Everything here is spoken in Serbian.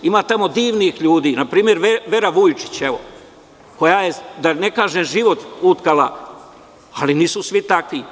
Ima tamo divnih ljudi, na primer, Vera Vujčić, koja je, da ne kažem, život utkala, ali nisu svi takvi.